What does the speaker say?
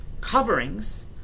coverings